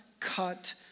Cut